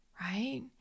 Right